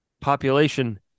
population